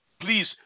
Please